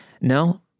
no